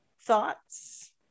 thoughts